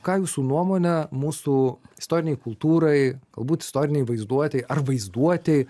ką jūsų nuomone mūsų istorinei kultūrai galbūt istorinei vaizduotei ar vaizduotei